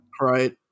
right